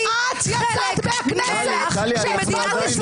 את יצאת מהכנסת כשהצבענו